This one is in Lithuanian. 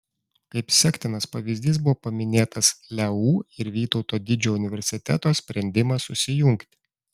kaip sektinas pavyzdys buvo paminėtas leu ir vytauto didžiojo universiteto sprendimas susijungti